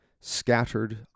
scattered